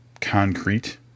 concrete